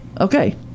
Okay